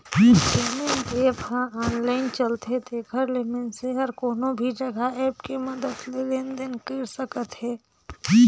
payment app ह online चलथे तेखर ले मइनसे हर कोनो भी जघा ऐप के मदद ले लेन देन कइर सकत हे